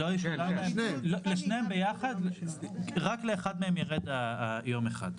רק לאחד מהם ירד יום אחד.